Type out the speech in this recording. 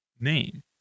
name